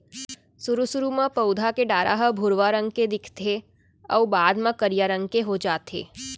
सुरू सुरू म पउधा के डारा ह भुरवा रंग के दिखथे अउ बाद म करिया रंग के हो जाथे